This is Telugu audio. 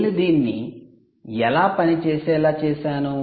నేను దీన్ని ఎలా పని చేసేలా చేసాను